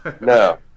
No